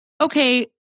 okay